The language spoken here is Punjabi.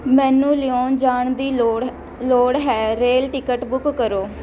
ਮੈਨੂੰ ਲਿਆਉਣ ਜਾਣ ਦੀ ਲੋੜ ਲੋੜ ਹੈ ਰੇਲ ਟਿਕਟ ਬੁੱਕ ਕਰੋ